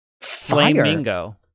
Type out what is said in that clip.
Flamingo